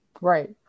Right